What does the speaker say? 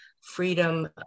freedom